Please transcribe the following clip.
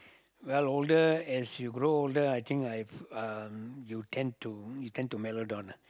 well older as you grow older I think I've um you tend to you tend to mellow down ah